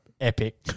epic